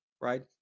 right